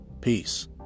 peace